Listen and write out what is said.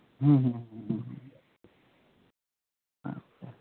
ᱦᱩᱸ ᱦᱩᱸ ᱦᱩᱸ ᱦᱩᱸ ᱟᱪᱪᱷᱟ